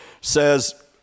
says